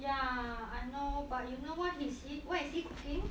ya I know but you know what is he cooking